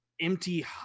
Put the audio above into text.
empty